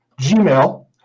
Gmail